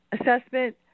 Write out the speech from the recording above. assessment